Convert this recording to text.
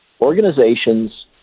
organizations